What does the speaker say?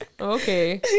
okay